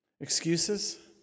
Excuses